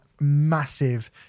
massive